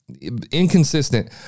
Inconsistent